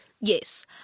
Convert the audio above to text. yes